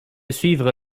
suivre